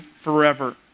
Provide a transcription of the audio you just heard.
forever